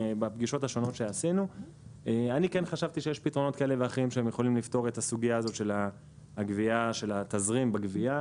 אני כן חשבתי שיש פתרונות שיכולים לפתור את הסוגיה של התזרים בגבייה,